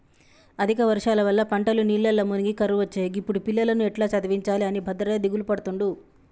అధిక వర్షాల వల్ల పంటలు నీళ్లల్ల మునిగి కరువొచ్చే గిప్పుడు పిల్లలను ఎట్టా చదివించాలె అని భద్రయ్య దిగులుపడుతుండు